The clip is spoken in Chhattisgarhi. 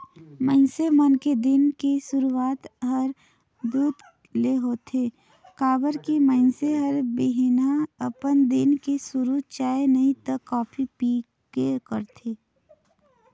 मइनसे मन के दिन के सुरूआत हर दूद ले होथे काबर की मइनसे हर बिहनहा अपन दिन के सुरू चाय नइ त कॉफी पीके करथे